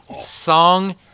Song